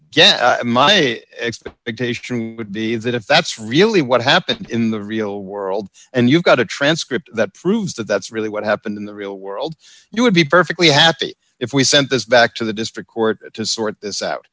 get my ex the occasion would be that if that's really what happened in the real world and you've got a transcript that proves that that's really what happened in the real world you would be perfectly happy if we sent this back to the district court to sort this